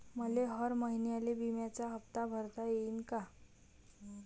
मले हर महिन्याले बिम्याचा हप्ता भरता येईन का?